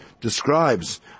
describes